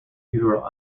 utero